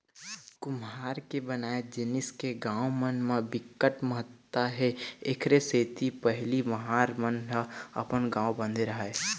कुम्हार के बनाए जिनिस के गाँव मन म बिकट महत्ता हे एखरे सेती पहिली महार मन ह अपन गाँव बांधे राहय